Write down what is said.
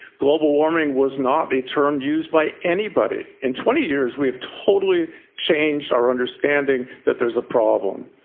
global warming was not a term used by anybody. in twenty years we've totally changed our understanding that there is a problem.